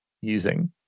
using